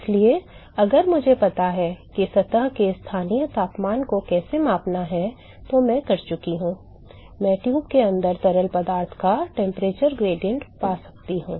इसलिए अगर मुझे पता है कि सतह के स्थानीय तापमान को कैसे मापना है तो मैं कर चुका हूं मैं ट्यूब के अंदर तरल पदार्थ का तापमान ढाल पा सकता हूं